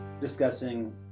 discussing